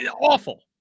Awful